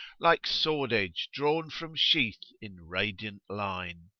like sword edge drawn from sheath in radiant line.